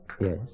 Yes